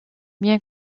bien